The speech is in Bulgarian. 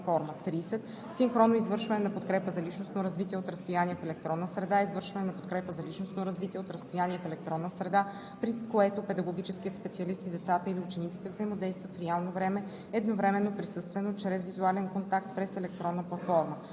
„30. Синхронно извършване на подкрепа за личностно развитие от разстояние в електронна среда“ е извършване на подкрепа за личностно развитие от разстояние в електронна среда, при което педагогическият специалист и децата или учениците взаимодействат в реално време, едновременно, присъствено, чрез визуален контакт през електронна платформа.“